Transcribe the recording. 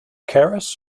keras